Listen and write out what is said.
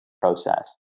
process